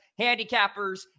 handicappers